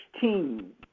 team